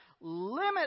limit